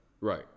Right